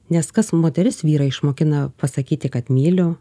nes kas moteris vyrą išmokina pasakyti kad myliu